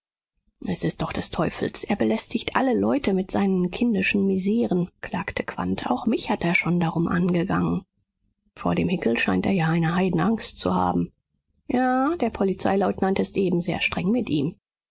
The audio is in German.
es ist doch des teufels er belästigt alle leute mit seinen kindischen miseren klagte quandt auch mich hat er schon darum angegangen vor dem hickel scheint er ja eine heidenangst zu haben ja der polizeileutnant ist eben sehr streng mit ihm